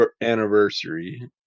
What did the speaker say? anniversary